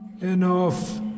Enough